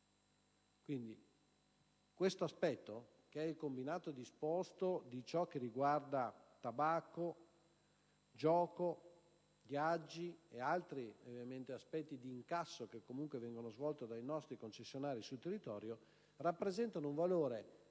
Quindi, il combinato disposto di ciò che riguarda tabacco, gioco, gli aggi ed altri aspetti di incasso che comunque vengono svolti dai nostri concessionari sul territorio, rappresenta un valore che